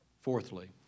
Fourthly